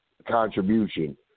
contribution